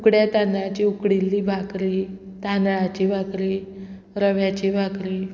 उकड्या तांदळाची उकडिल्ली भाकरी तांदळाची भाकरी रव्याची भाकरी